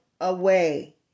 away